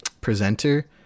presenter